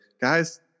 guys